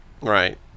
Right